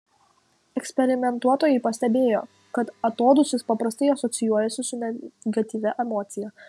eksperimentuotojai pastebėjo kad atodūsis paprastai asocijuojasi su negatyvia emocija